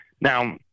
Now